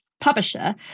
publisher